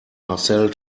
marcel